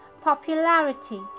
popularity